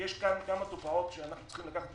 יש כאן כמה תופעות שאנחנו צריכים לקחת בחשבון.